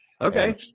Okay